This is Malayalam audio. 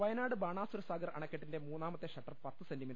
വയനാട് ബ്രാണാസുരസാഗർ അണക്കെട്ടിന്റെ മൂന്നാമത്തെ ഷട്ടർ പത്ത് സെർമി